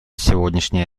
сегодняшнее